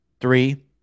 Three